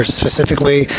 specifically